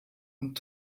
und